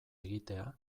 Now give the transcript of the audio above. egitea